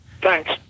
thanks